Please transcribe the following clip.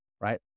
right